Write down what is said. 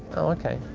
okay,